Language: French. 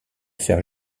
faire